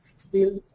still